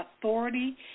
authority